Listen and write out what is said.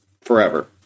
forever